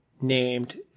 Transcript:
named